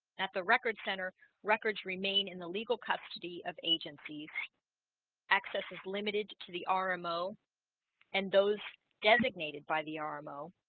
at the records center records remain in the legal custody of agencies access is limited to the um rmo and those designated by the ah rmo